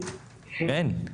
אין.